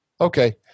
Okay